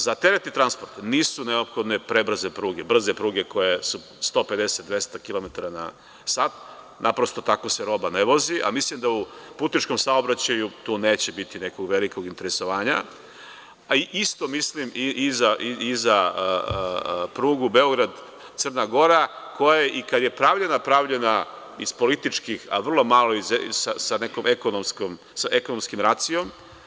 Za teretni transport nisu neophodne prebrze pruge, brze pruge koje su 150-200 km na sat, naprosto tako se roba ne vozi, a mislim da u putničkom saobraćaju tu neće biti nekog velikog interesovanja, a isto mislim i za prugu Beograd-Crna Gora koja i kada je pravljena, pravljena iz političkih a vrlo malo sa nekim ekonomskim racijom.